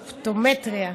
באופטומטריה.